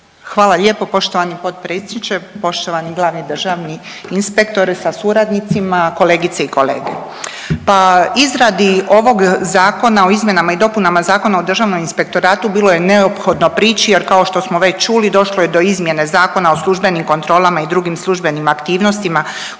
Hvala lijepo poštovani potpredsjedniče, poštovani glavni državni inspektore sa suradnicima, kolegice i kolege. Pa izradi ovog zakona o izmjenama i dopunama Zakona o Državnom inspektoratu bilo je neophodno prići jer kao što smo već čuli došlo je do izmjene Zakona o službenim kontrolama i drugim službenim aktivnostima koje se provode